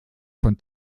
von